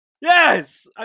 Yes